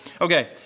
Okay